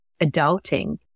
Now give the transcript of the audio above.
adulting